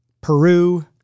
Peru